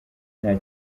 nta